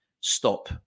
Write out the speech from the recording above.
stop